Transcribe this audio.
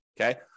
okay